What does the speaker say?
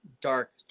dark